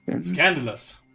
Scandalous